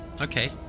okay